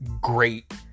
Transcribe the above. great